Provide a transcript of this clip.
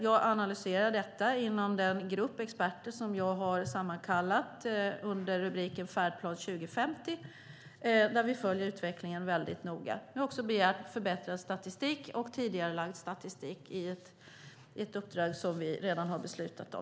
Jag analyserar detta inom den grupp experter som jag har sammankallat under rubriken Färdplan 2050 där vi följer utvecklingen väldigt noga. Vi har också förbättrat statistik och tidigarelagt statistik i ett uppdrag som vi redan har beslutat om.